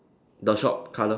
the shop colour